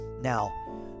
Now